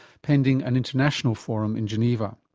pending an international forum in geneva.